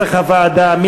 עמוד, של קבוצת חד"ש.